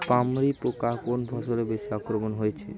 পামরি পোকা কোন ফসলে বেশি আক্রমণ হয়েছে?